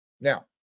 Now